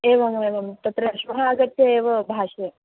एवमेवं तत्र श्वः आगत्य एव भाषे